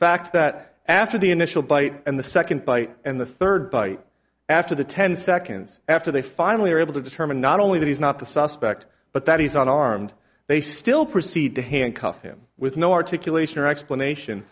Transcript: fact that after the initial bite and the second bite and the third bite after the ten seconds after they finally are able to determine not only that he's not the suspect but that he's an armed they still proceed to handcuff him with no articulation or explanation